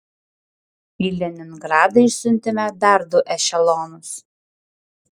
į leningradą išsiuntėme dar du ešelonus